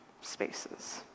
spaces